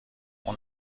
اون